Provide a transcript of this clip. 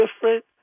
different